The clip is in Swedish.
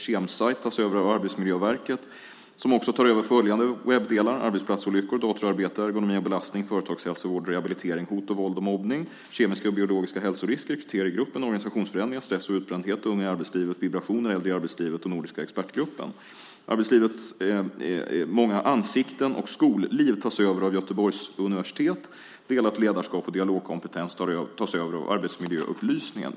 Kemsajt tas över av Arbetsmiljöverket, som också tar över följande webbdelar: Arbetsplatsolyckor, Datorarbete, Ergonomi och belastning, Företagshälsovård och rehabilitering, Hot, våld och mobbning, Kemiska och biologiska hälsorisker, Kriteriegruppen, Organisationsförändring, Stress och utbrändhet, Unga i arbetslivet, Vibrationer, Äldre i arbetslivet och Nordiska expertgruppen. Arbetslivets många ansikten och Skolliv tas över av Göteborgs universitet. Delat ledarskap och Dialogkompetens tas över av Arbetsmiljöupplysningen.